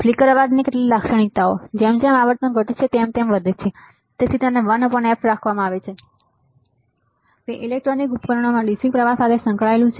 flicker અવાજની કેટલીક લાક્ષણિકતાઓ • જેમ જેમ આવર્તન ઘટે છે તેમ તેમ તે વધે છે તેથી 1f રાખવામાં આવે છે • તે ઈલેક્ટ્રોનિક ઉપકરણોમાં dc પ્રવાહ સાથે સંકળાયેલું છે